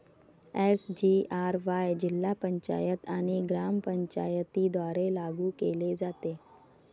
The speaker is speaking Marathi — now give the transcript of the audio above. एस.जी.आर.वाय जिल्हा पंचायत आणि ग्रामपंचायतींद्वारे लागू केले जाते